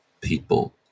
people